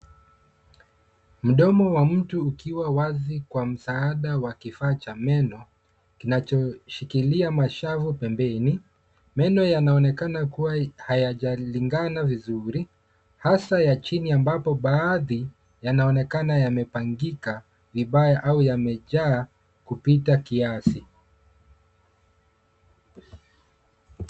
Mdomo wa mtu ukiwa wazi kwa msaada wa kifaa cha meno, kinacho shikilia mashavu pembeni, meno yanaonekana kuwa hayajalingana vizuri, hasaa ya chini ambapo baadhi yanaonekana yamepangika vibaya au yamejaa kupita kiasi